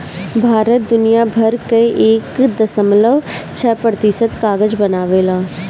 भारत दुनिया भर कअ एक दशमलव छह प्रतिशत कागज बनावेला